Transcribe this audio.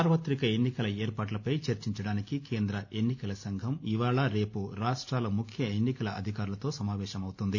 సార్వతిక ఎన్నికల ఏర్పాట్లపై చర్చించడానికి కేంద్ర ఎన్నికల సంఘం ఇవాళ రేపు రాష్ట్రాల ముఖ్య ఎన్నికల అధికారులతో సమావేశమవుతుంది